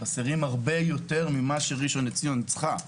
חסרים הרבה יותר ממה שראשון לציון צריכה.